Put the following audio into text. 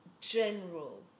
general